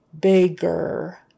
bigger